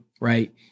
right